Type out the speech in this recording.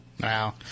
Wow